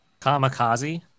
Kamikaze